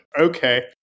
Okay